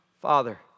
Father